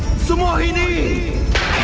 sammohini!